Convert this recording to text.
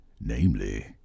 namely